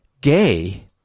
gay